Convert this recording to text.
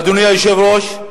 אדוני היושב-ראש,